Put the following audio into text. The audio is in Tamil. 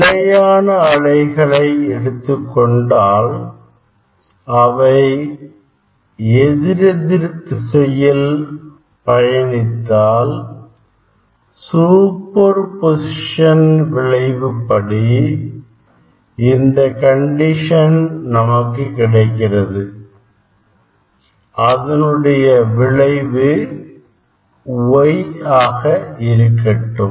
நிலையான அலைகளை எடுத்துக் கொண்டாள் அவை எதிரெதிர் திசையில் பயணித்தால்சூப்பர் பொசிஷன் விளைவு படி இந்த கண்டிஷன் நமக்கு கிடைக்கிறது அதனுடைய விளைவு Yஆக இருக்கட்டும்